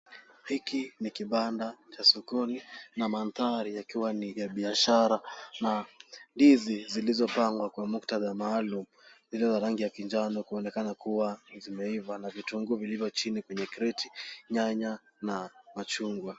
Hiki ni kibanda cha sokoni na mandhari yakiwa ni ya biashara na ndizi zilizopangwa kwa muktadha maalum iliyo na rangi ya kinjano kuonekana kuwa zimeiva na kitunguu vilivyo chini kwenye mtego, nyanya na machungwa.